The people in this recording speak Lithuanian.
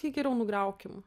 jį geriau nugriaukim